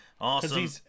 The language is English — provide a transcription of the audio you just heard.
awesome